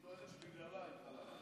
היא טוענת שבגללה התחלפתם.